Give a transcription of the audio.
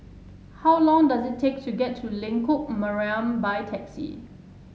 how long does it take to get to Lengkok Mariam by taxi